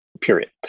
period